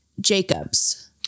Jacobs